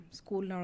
school